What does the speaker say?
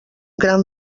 gran